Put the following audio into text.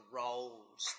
roles